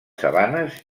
sabanes